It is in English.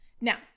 Now